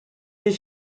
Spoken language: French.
des